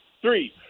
three